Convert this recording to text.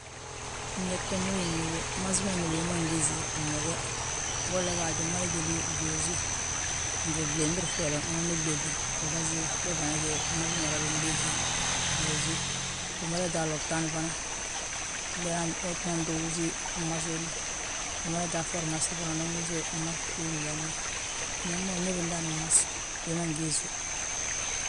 Ñeg be ndu ugí ngi bi, mmas ma ñóbu wi ma ngiisi bñege bolla gaaj umada jédi bjuusi, ngi blimbiri bŧeele. Unan biɓéŧi uga siigi be fana gí mmas ma húri yaa bingiisi byuusi. Umada ta a lobtaan fana, biyaant utinan to wúsi mmas hemma, umada ta a fermasi, unan wúsi bii bñeg ma, ñeg ma wi ñóbi ndaani mmas wi ma ngiisi wi.